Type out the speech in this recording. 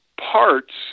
parts